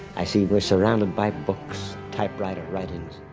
i see we're surrounded by books, typewriter writings,